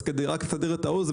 אז רק כדי לסבר את האוזן,